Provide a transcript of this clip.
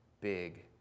big